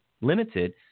limited